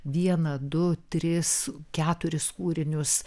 vieną du tris keturis kūrinius